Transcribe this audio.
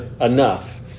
enough